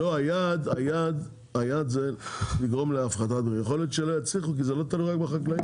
היעד זה לגרום להפחתת מחירים.